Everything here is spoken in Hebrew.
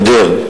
גדר,